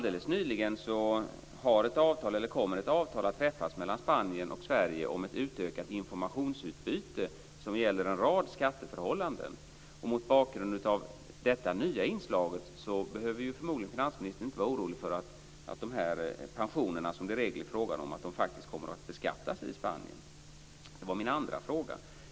Det kommer att träffas ett avtal mellan Sverige och Spanien om ett utökat informationsutbyte, och det gäller en rad skatteförhållanden. Mot bakgrund av detta nya inslag behöver finansministern förmodligen inte vara orolig för att dessa pensioner kommer att beskattas i Spanien. Det var min andra fråga.